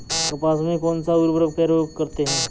कपास में कौनसा उर्वरक प्रयोग करते हैं?